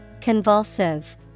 Convulsive